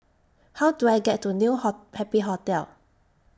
How Do I get to New Ho Happy Hotel